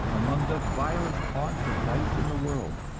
among the vilest haunts of vice in the world.